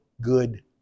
good